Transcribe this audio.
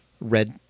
red